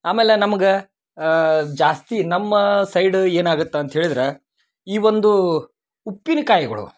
ಆಮೇಲೆ ನಮ್ಗೆ ಜಾಸ್ತಿ ನಮ್ಮ ಸೈಡು ಏನಾಗತ್ತೆ ಅಂತ ಹೇಳಿದ್ರೆ ಈ ಒಂದು ಉಪ್ಪಿನ್ಕಾಯ್ಗಳು